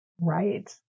Right